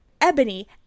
Ebony